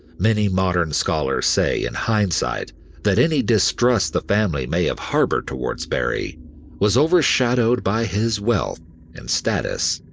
many modern scholars say in hindsight that any distrust the family may have harbored towards barrie was overshadowed by his wealth and status.